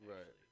Right